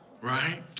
right